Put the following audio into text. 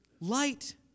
light